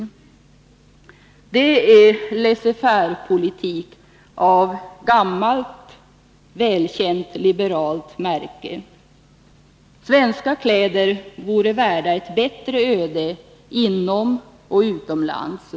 Det är laisser-faire-politik av välkänt gammalt liberalt märke. Svenska kläder vore värda ett bättre öde inomoch utomlands.